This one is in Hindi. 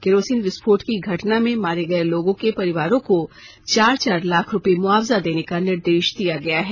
केरोसिन विस्फोट की घटना में मारे गए लोगों के परिवारों को चार चार लाख रूपये मुआवजा देने का निर्देश दिया गया है